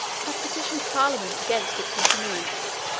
have petitioned parliament against its continuance,